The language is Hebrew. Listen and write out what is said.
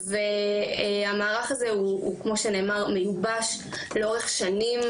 והמערך הזה הוא, כמו שנאמר, מיובש לאורך שנים.